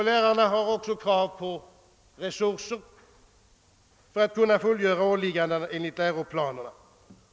Lärarna har vidare krav på att erhålla resurser för att kunna fullgöra sina åligganden enligt läroplanerna.